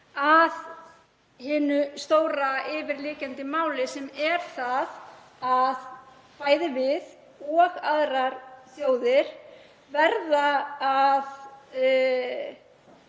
að hinu stóra yfirliggjandi máli, sem er það að bæði við og aðrar þjóðir verðum að